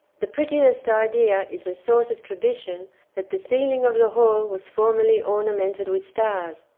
the prettiest idea is a sort of tradition that the ceiling of the hall was formerly ornamented with stars,